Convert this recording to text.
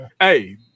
Hey